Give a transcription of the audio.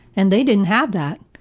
and they didn't have that.